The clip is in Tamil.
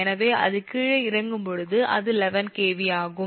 எனவே அது கீழே இறங்கும்போது அது 11 𝑘𝑉 ஆகும்